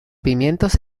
pimientos